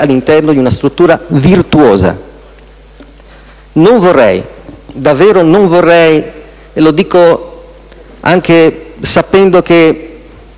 all'interno di una struttura virtuosa. Non vorrei, davvero non vorrei - e lo dico anche da persona,